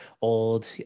old